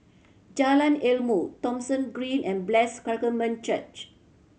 Jalan Ilmu Thomson Green and Blessed Sacrament Church